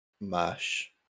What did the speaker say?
mash